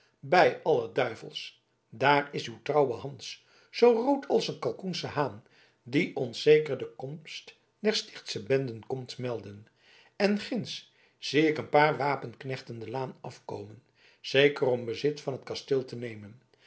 bij alle duivels daar is uw trouwe hans zoo rood als een kalkoensche haan die ons zeker de komst der stichtsche benden komt melden en ginds zie ik een paar wapenknechten de laan afkomen zeker om bezit van het kasteel te nemen